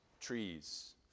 trees